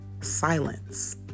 silence